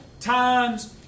times